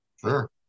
Sure